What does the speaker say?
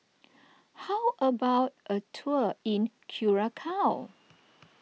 how about a tour in Curacao